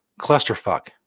clusterfuck